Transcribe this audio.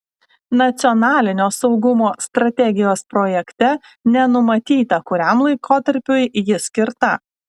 nacionalinio saugumo strategijos projekte nenumatyta kuriam laikotarpiui ji skirta